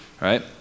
right